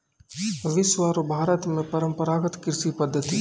विश्व आरो भारत मॅ परंपरागत कृषि पद्धति